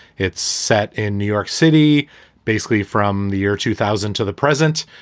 it's set in new york city basically from the year two thousand to the present.